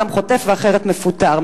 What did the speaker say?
גם חוטף ואחרת גם מפוטר,